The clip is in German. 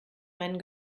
meinen